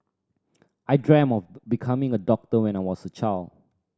I dreamt of becoming a doctor when I was a child